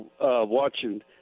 watching